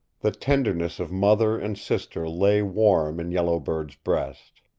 the tenderness of mother and sister lay warm in yellow bird's breast.